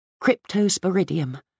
Cryptosporidium